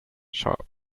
sharp